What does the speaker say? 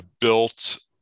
built